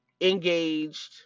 engaged